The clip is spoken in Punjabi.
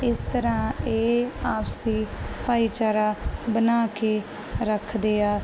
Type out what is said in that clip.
ਇਸ ਤਰਾਂ ਇਹ ਆਪਸੀ ਭਾਈਚਾਰਾ ਬਣਾ ਕੇ ਰੱਖਦੇ ਆ